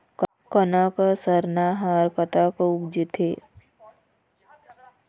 कनक सरना हर कतक उपजथे?